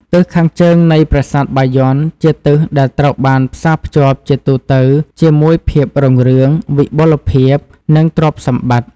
ទិសខាងជើងនៃប្រាសាទបាយ័ន ជាទិសដែលត្រូវបានផ្សារភ្ជាប់ជាទូទៅជាមួយ ភាពរុងរឿង វិបុលភាព និងទ្រព្យសម្បត្តិ។